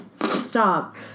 Stop